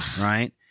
right